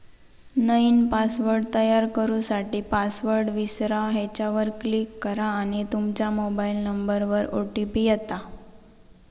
नईन पासवर्ड तयार करू साठी, पासवर्ड विसरा ह्येच्यावर क्लीक करा आणि तूमच्या मोबाइल नंबरवर ओ.टी.पी येता